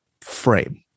frame